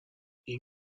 این